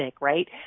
right